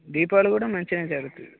దీపావళి కూడా మంచిగా జరుగుతుంది